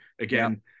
again